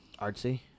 Artsy